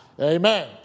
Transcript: Amen